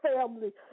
family